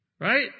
right